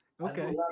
Okay